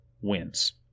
wins